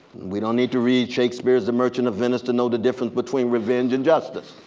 we don't need to read shakespeare's the merchant of venice to know the difference between revenge and justice.